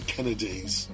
Kennedys